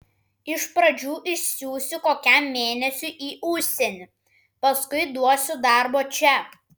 iš pradžių išsiųsiu kokiam mėnesiui į užsienį paskui duosiu darbo čia